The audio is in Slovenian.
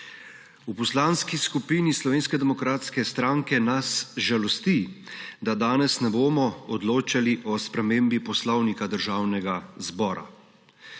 V Poslanski skupini Slovenske demokratske stranke nas žalosti, da danes ne bomo odločali o spremembi Poslovnika Državnega zbora.